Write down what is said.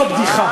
זאת בדיחה.